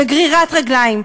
בגרירת רגליים,